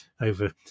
over